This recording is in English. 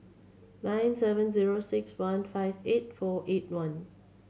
nine seven zero six one five eight four eight one